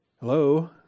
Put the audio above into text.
Hello